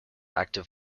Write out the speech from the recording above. active